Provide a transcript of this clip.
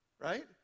right